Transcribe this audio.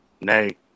Nay